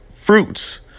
fruits